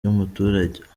y’umuturage